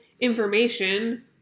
information